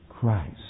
Christ